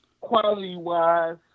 quality-wise